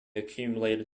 accumulated